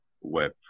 web